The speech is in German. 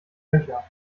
nöcher